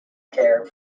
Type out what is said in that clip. care